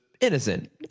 innocent